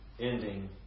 ending